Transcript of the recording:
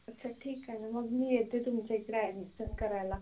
अच्छा ठीकं आहे नं मग मी येते तुमच्या इकडं ॲडमिशन करायला